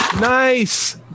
Nice